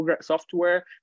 software